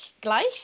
Gleich